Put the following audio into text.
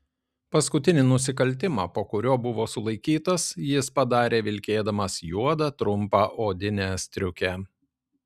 paskutinį nusikaltimą po kurio buvo sulaikytas jis padarė vilkėdamas juodą trumpą odinę striukę